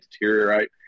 deteriorate